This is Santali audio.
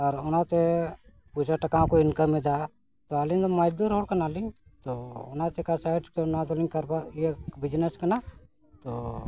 ᱟᱨ ᱚᱱᱟᱛᱮ ᱯᱚᱭᱥᱟ ᱴᱟᱠᱟ ᱦᱚᱸᱠᱚ ᱤᱱᱠᱟᱢ ᱮᱫᱟ ᱛᱚ ᱟᱞᱤᱧ ᱫᱚ ᱢᱚᱡᱹ ᱫᱩᱨ ᱦᱚᱲ ᱠᱟᱱᱟᱞᱤᱧ ᱛᱚ ᱚᱱᱟ ᱪᱤᱠᱟᱹ ᱥᱟᱭᱤᱰ ᱠᱷᱚᱱ ᱚᱱᱟ ᱫᱚᱞᱤᱧ ᱠᱟᱨᱵᱟᱨ ᱤᱭᱟᱹ ᱵᱤᱡᱱᱮᱥ ᱠᱟᱱᱟ ᱛᱚ